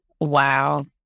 Wow